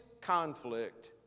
conflict